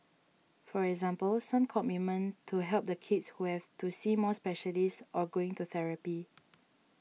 for example some commitment to help the kids who have to see more specialists or going to therapy